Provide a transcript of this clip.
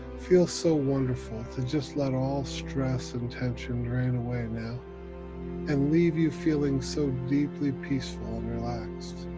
feels so wonderful to just let all stress and tension drain away now and leave you feeling so deeply peaceful and relaxed.